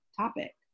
topic